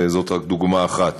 וזאת רק דוגמה אחת.